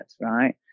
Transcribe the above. right